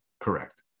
Correct